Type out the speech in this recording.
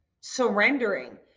surrendering